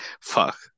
fuck